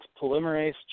polymerase